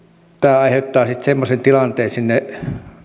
tämä aiheuttaa sitten semmoisen tilanteen sinne